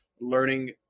learning